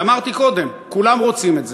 ואמרתי קודם: כולם רוצים את זה.